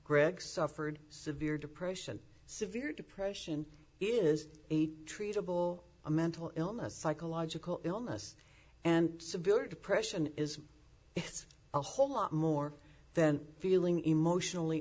greg suffered severe depression severe depression is a treatable a mental illness psychological illness and severe depression is it's a whole lot more than feeling emotionally